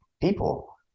people